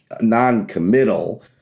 non-committal